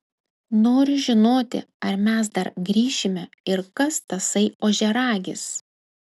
noriu žinoti ar mes dar grįšime ir kas tasai ožiaragis